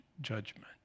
judgment